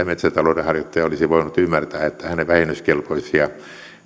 metsätalouden harjoittaja olisi voinut ymmärtää että hänen vähennyskelpoisia